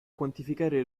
quantificare